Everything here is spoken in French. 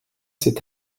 cet